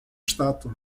estátua